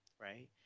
right